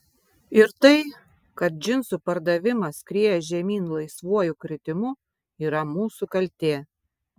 ir tai kad džinsų pardavimas skrieja žemyn laisvuoju kritimu yra mūsų kaltė